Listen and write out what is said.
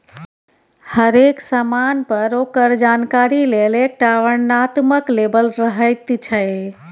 हरेक समान पर ओकर जानकारी लेल एकटा वर्णनात्मक लेबल रहैत छै